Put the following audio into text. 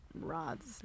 rods